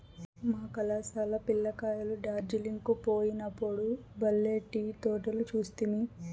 మా కళాశాల పిల్ల కాయలు డార్జిలింగ్ కు పోయినప్పుడు బల్లే టీ తోటలు చూస్తిమి